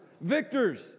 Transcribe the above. Victors